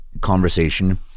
conversation